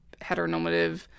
heteronormative